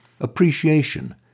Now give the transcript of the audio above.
appreciation